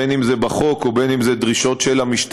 בין אם זה בחוק ובין אם זה דרישות של המשטרה,